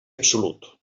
absolut